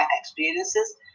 experiences